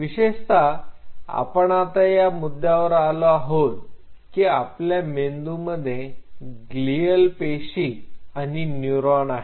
विशेषता आपण आता या मुद्द्यावर आलो आहोत की आपल्या मेंदूमध्ये ग्लीअल पेशी आणि नूरोन आहेत